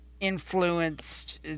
influenced